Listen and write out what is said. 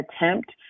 attempt